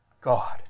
God